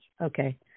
Okay